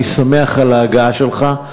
אני שמח על ההגעה שלך.